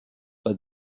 pas